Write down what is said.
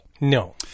No